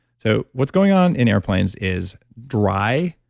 so what's going on in airplanes is dry,